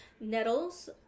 Nettles